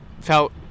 felt